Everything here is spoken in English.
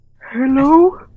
Hello